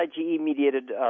IgE-mediated